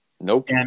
Nope